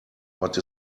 but